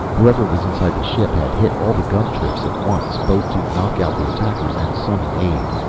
whoever was inside the ship had hit all the gun trips at once, both to knock out the attackers and summon aid.